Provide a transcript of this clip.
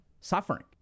suffering